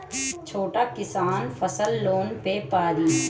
छोटा किसान फसल लोन ले पारी?